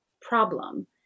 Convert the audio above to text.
problem